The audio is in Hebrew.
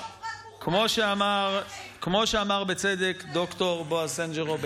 כמו שאמר ד"ר בועז סנג'רו,